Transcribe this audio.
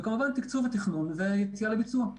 וכמובן תקצוב ותכנון ויציאה לביצוע.